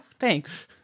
Thanks